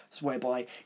whereby